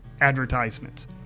advertisements